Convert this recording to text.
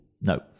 No